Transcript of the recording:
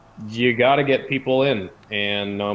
you gotta get people in and,